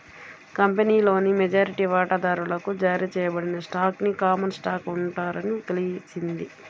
కంపెనీలోని మెజారిటీ వాటాదారులకు జారీ చేయబడిన స్టాక్ ని కామన్ స్టాక్ అంటారని తెలిసింది